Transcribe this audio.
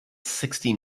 sixty